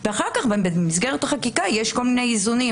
ואחר כך במסגרת החקיקה יש כל מיני איזונים.